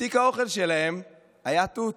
בתיק האוכל שלהם היה תות.